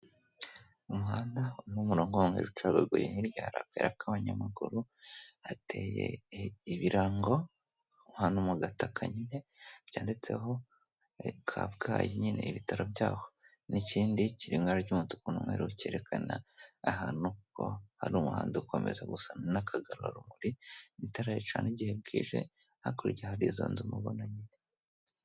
Umuhanda n'umurongo ucagaguye ntiryagaragara ko abanyamaguru hateye ibirangowu han mu gataka kanyine byanditseho kabgayi nyine ibitaro byaho n'ikindi kirika ry'umutuku n'umweru cyerekana ahantu ko hari umuhanda ukomezas n'akagaruromu zitarayicana'igi bwije hakurya hari izo nzu mubona nyine.